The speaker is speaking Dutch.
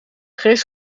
geest